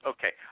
Okay